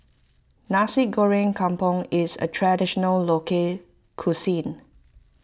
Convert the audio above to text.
Nasi Goreng Kampung is a Traditional Local Cuisine